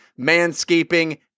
manscaping